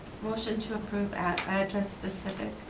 motion to approve at address specific.